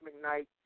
McKnight